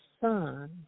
son